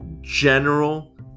general